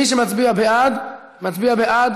מי שמצביע בעד, מצביע בעד